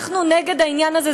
אנחנו נגד העניין הזה.